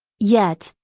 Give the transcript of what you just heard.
yet,